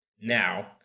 Now